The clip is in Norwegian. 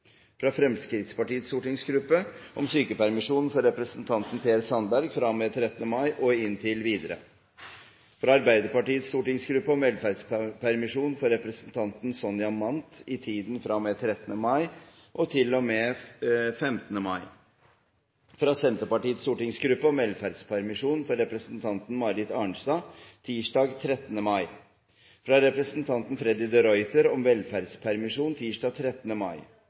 fra Fremskrittspartiets stortingsgruppe om sykepermisjon for representanten Per Sandberg fra og med 13. mai og inntil videre fra Arbeiderpartiets stortingsgruppe om velferdspermisjon for representanten Sonja Mandt i tiden fra og med 13. mai til og med 15. mai fra Senterpartiets stortingsgruppe om velferdspermisjon for representanten Marit Arnstad tirsdag 13. mai fra representanten Freddy de Ruiter om velferdspermisjon tirsdag 13. mai